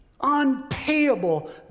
unpayable